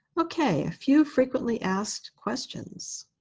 ok. a few frequently asked questions.